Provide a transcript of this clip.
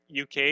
UK